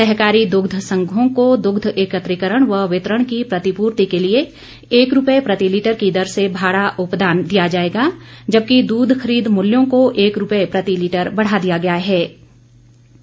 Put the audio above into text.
सहकारी दुग्ध संघों को दुग्ध एकत्रीकरण व वितरण की प्रतिपूर्ति के लिए एक रूपए प्रति लीटर की दर से भाड़ा उपदान दिया जाएगा जबकि दूध खरीद मूल्यों को एक रूपए प्रति लीटर बढ़ा दिया गयाहै